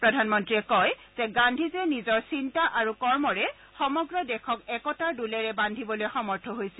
প্ৰধানমন্ত্ৰীয়ে কয় যে গান্ধীজীয়ে নিজৰ চিন্তা আৰু কৰ্মৰে সমগ্ৰ দেশক একতাৰ দোলেৰ বাদ্ধিবলৈ সমৰ্থ হৈছিল